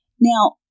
Now